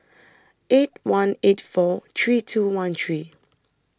eight one eight four three two one three